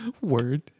Word